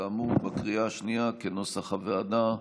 כאמור, בקריאה השנייה, כנוסח הוועדה,